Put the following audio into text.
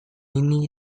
ini